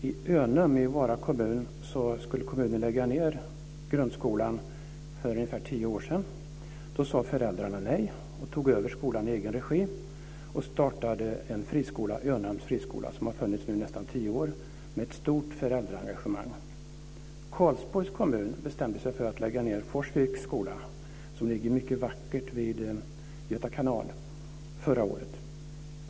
I Önum i Vara kommun skulle kommunen lägga ned grundskolan för ungefär tio år sedan. Då sade föräldrarna nej och tog över skolan i egen regi och startade en friskola, Önums friskola, som nu har funnits i nästan tio år med ett stort föräldraengagemang. Forsviks skola, som ligger mycket vackert vid Göta kanal, förra året.